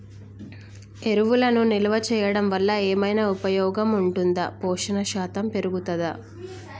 ఎరువులను నిల్వ చేయడం వల్ల ఏమైనా ఉపయోగం ఉంటుందా పోషణ శాతం పెరుగుతదా?